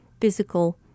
physical